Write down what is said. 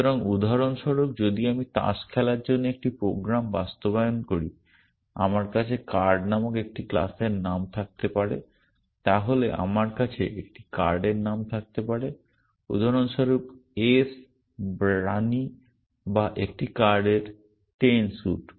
সুতরাং উদাহরণস্বরূপ যদি আমি তাস খেলার জন্য একটি প্রোগ্রাম বাস্তবায়ন করি আমার কাছে কার্ড নামক একটি ক্লাসের নাম থাকতে পারে তাহলে আমার কাছে একটি কার্ডের নাম থাকতে পারে উদাহরণস্বরূপ ACE বা রানী বা একটি কার্ডের 10 স্যুট